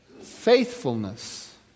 faithfulness